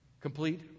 Complete